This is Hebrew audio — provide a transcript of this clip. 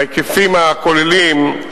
בהיקפים הכוללים,